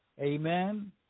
Amen